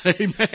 Amen